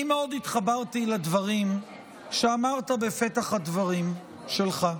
אני מאוד התחברתי לדברים שאמרת בפתח הדברים שלך.